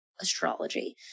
astrology